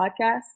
podcast